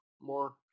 more